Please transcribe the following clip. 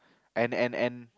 and and and